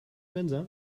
mensa